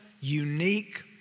unique